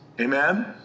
Amen